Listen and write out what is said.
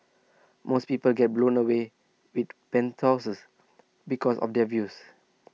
most people get blown away with penthouses because of the views